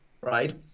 Right